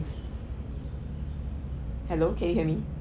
hello can you hear me